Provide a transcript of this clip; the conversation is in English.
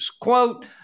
Quote